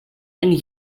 and